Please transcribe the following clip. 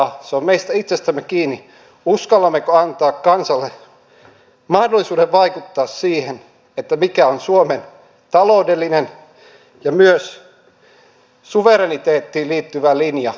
se on meistä itsestämme kiinni uskallammeko antaa kansalle mahdollisuuden vaikuttaa siihen mikä on suomen taloudellinen ja myös suvereniteettiin liittyvä linja jatkossa